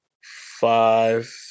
five